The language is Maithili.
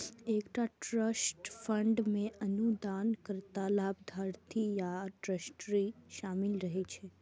एकटा ट्रस्ट फंड मे अनुदानकर्ता, लाभार्थी आ ट्रस्टी शामिल रहै छै